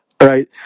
Right